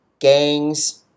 gangs